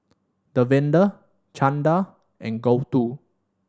Davinder Chanda and Gouthu